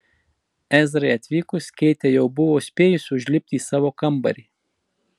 ezrai atvykus keitė jau buvo spėjusi užlipti į savo kambarį